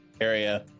area